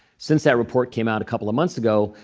since that report came out a couple of months ago,